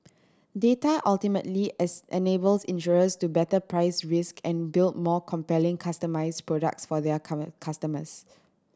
data ultimately is enables insurers to better price risk and build more compelling customised products for their customers